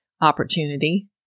opportunity